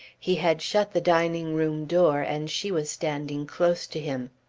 he had shut the dining-room door and she was standing close to him.